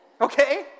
Okay